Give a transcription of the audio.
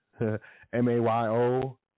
M-A-Y-O